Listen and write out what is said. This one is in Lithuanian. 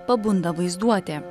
pabunda vaizduotė